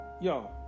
yo